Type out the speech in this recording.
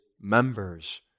members